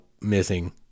missing